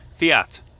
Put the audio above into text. fiat